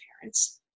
parents